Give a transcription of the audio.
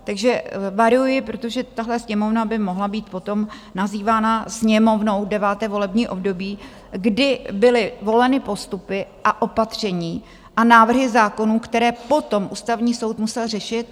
Takže varuji, protože tahle Sněmovna by mohla být potom nazývána Sněmovnou 9. volební období, kdy byly voleny postupy a opatření a návrhy zákonů, které potom Ústavní soud musel řešit.